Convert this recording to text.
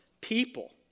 people